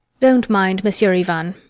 don't mind, monsieur ivan,